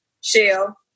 shell